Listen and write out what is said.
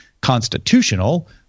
constitutional